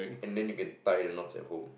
and then you can tie the knots at home